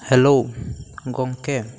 hello ᱜᱚᱢᱠᱮ